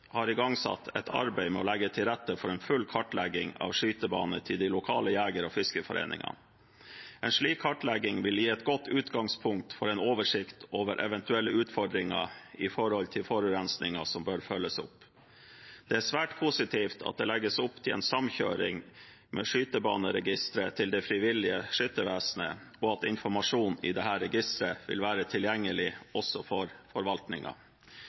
har igangsatt et arbeid med å legge til rette for en full kartlegging av skytebanene til de lokale jeger- og fiskerforeningene. En slik kartlegging vil gi et godt utgangspunkt for en oversikt over eventuelle utfordringer når det gjelder forurensning som bør følges opp. Det er svært positivt at det legges opp til en samkjøring med skytebaneregisteret til Det frivillige Skyttervesen, og at informasjonen i dette registeret vil være tilgjengelig også for